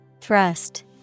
Thrust